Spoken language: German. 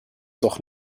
doch